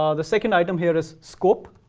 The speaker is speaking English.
um the second item here is scope.